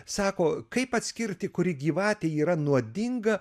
sako kaip atskirti kuri gyvatė yra nuodinga